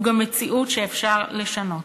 הוא גם מציאות שאפשר לשנות.